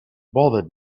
bothered